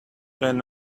when